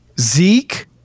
Zeke